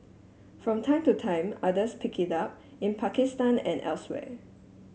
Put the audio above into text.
from time to time others pick it up in Pakistan and elsewhere